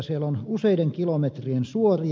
siellä on useiden kilometrien suoria